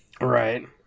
Right